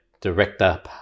director